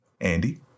Andy